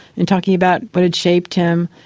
in talking about what had shaped him.